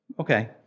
okay